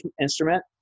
instrument